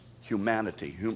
humanity